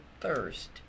thirst